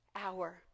hour